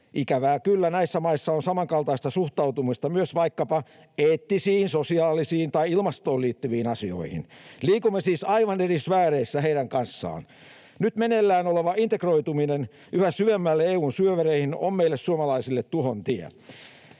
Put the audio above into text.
Ikävää kyllä näissä maissa on samankaltaista suhtautumista myös vaikkapa eettisiin, sosiaalisiin tai ilmastoon liittyviin asioihin. Liikumme siis aivan eri sfääreissä heidän kanssaan. Nyt meneillään oleva integroituminen yhä syvemmälle EU:n syövereihin on meille suomalaisille tuhon tie.